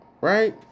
Right